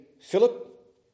Philip